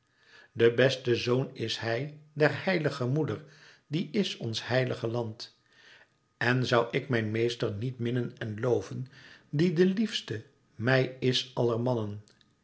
de beste zoon is hij der heilige moeder die is ons heilige land en zoû ik mijn meester niet minnen en loven die de liefste mij is aller mannen